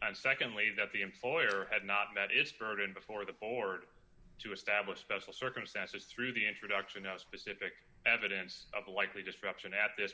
and secondly that the info layer had not met its burden before the board to establish special circumstances through the introduction of specific evidence of a likely disruption at this